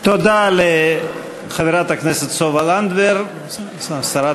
תודה לחברת הכנסת סופה לנדבר, שרת